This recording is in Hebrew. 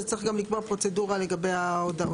אז צריך גם לקבוע פרוצדורה לגבי ההודעות.